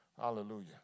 Hallelujah